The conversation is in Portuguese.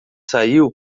saiu